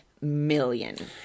million